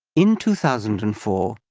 in two thousand and four,